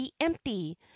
empty